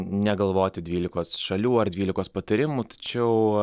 negalvoti dvylikos šalių ar dvylikos patarimų tačiau